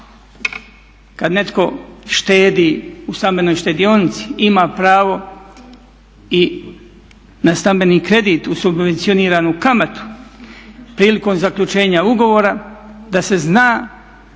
kada netko štedi u stambenoj štedionici ima pravo i na stambeni kredit uz subvencioniranu kamatu, prilikom zaključenja ugovora da se zna